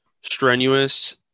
strenuous